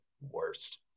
worst